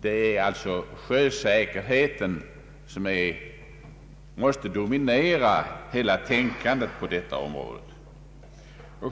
Det är sjösäkerheten som måste dominera hela tänkandet på detta område.